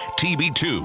tb2